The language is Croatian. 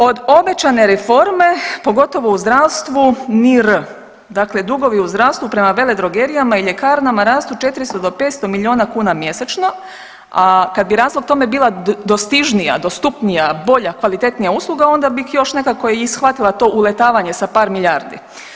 Od obećane reforme pogotovo u zdravstvu ni R, dakle dugovi u zdravstvu prema veledrogerijama i ljekarnama rastu 400 do 500 miliona kuna mjesečno, a kad bi razlog tome bila dostižnija, dostupnija, bolja kvalitetnija usluga onda bih još nekako i shvatila to uletavanje sa par milijardi.